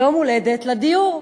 יום הולדת לדיור.